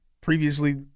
previously